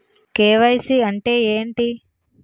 KYC అంటే ఏంటి?